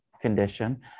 condition